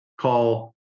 call